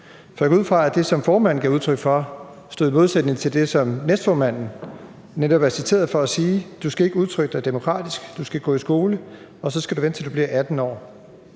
for jeg går ud fra, at det, som formanden gav udtryk for, står i modsætning til det, som næstformanden netop er citeret for at sige: Du skal ikke udtrykke dig demokratisk, du skal gå i skole, og så skal du vente, til du bliver 18 år.